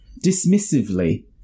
Dismissively